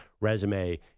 resume